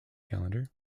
calendar